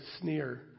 sneer